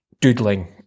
doodling